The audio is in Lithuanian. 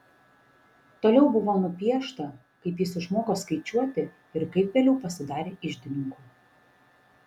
toliau buvo nupiešta kaip jis išmoko skaičiuoti ir kaip vėliau pasidarė iždininku